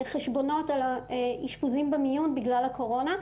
חשבונות על האישפוזים במיון בגלל הקורונה.